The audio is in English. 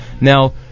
Now